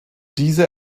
diese